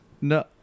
No